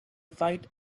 fight